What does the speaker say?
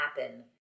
happen